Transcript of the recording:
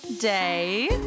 day